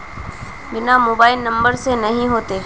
बिना mobile number से नहीं होते?